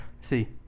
see